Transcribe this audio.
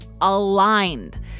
aligned